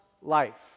life